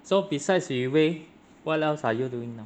so besides yi wei what else are you doing now